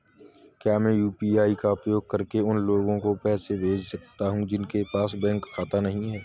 क्या मैं यू.पी.आई का उपयोग करके उन लोगों को पैसे भेज सकता हूँ जिनके पास बैंक खाता नहीं है?